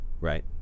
Right